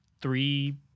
three